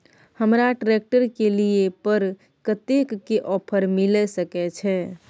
हमरा ट्रेलर के लिए पर कतेक के ऑफर मिलय सके छै?